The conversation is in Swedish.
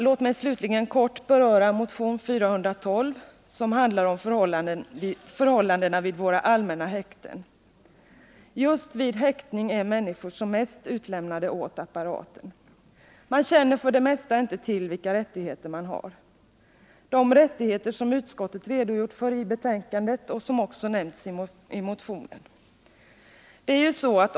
Låt mig slutligen kort beröra motion 412, som handlar om förhållandena vid våra allmänna häkten. Just vid häktning är människor som mest utlämnade åt maktapparaten. Man känner för det mesta inte till vilka rättigheter man har — de rättigheter som utskottet redogjort för i betänkandet och som också nämnts i motionen.